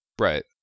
Right